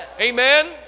Amen